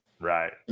Right